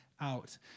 out